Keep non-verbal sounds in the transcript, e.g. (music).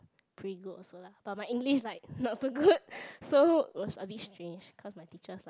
pretty good also lah but my English is like not so good (noise) so was a bit strange cause my teacher's like